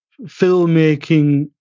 filmmaking